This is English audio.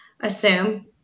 Assume